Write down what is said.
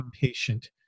patient